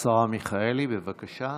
השרה מיכאלי, בבקשה.